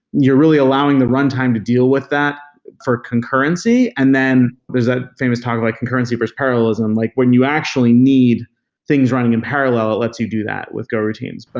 you're really allowing the runtime to deal with that for concurrency, and then there's that famous talk about like concurrency versus parallelism. like when you actually need things running in parallel, it lets you do that with go routines. but